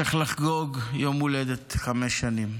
לחגוג יום הולדת חמש שנים.